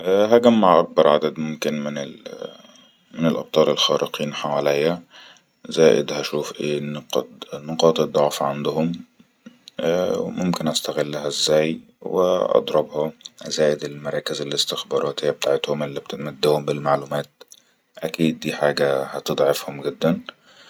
هجمع أكبر عدد ممكن من الأبطال الخارقين حوليا و واشوف نقاط الضعف اللي عندهم واضربها زائد مراكز الاسنخبارات اللي هي بتعتهم اللي بتمدهم بالمعلومات اكيد دي حاجه هتضعفهم جدن